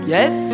Yes